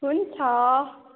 हुन्छ